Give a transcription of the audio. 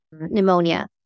pneumonia